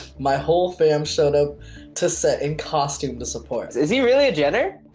my whole fam showed up to set in costume to support. is he really a jenner?